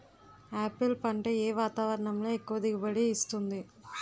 Apple పంట ఏ వాతావరణంలో ఎక్కువ దిగుబడి ఇస్తుంది?